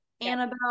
Annabelle